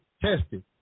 tested